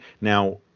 Now